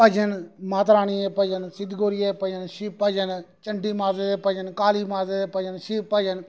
भजन माता रानी दे भजन सिद्ध गोरिये दे भजन शिव भजन चंडी माता दे भजन काली माता दे भजन शिव भजन